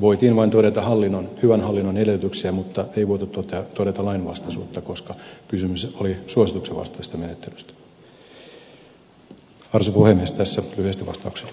voitiin todeta vain hyvän hallinnon edellytyksiä mutta ei voitu todeta lainvastaisuutta koska kysymys oli suosituksen vastaisesta menettelystä